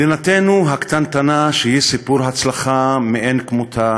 מדינתנו הקטנטנה, שהיא סיפור הצלחה מאין-כמותו,